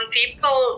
people